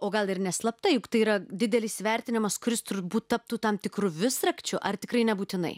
o gal ir neslapta juk tai yra didelis įvertinimas kuris turbūt taptų tam tikru visrakčiu ar tikrai nebūtinai